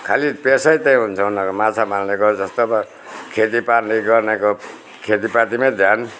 खालि पेसै त्यही हुन्छ उनीहरूको माछा मार्नेको जस्तो अब खेतीपाती गर्नेको खेतीपातीमै ध्यान